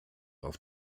auf